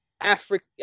Africa